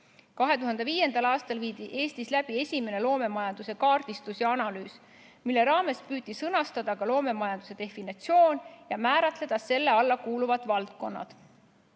2005. aastal viidi Eestis läbi esimene loomemajanduse kaardistus ja analüüs, mille raames püüti sõnastada ka loomemajanduse definitsioon ja määratleda selle alla kuuluvad valdkonnad.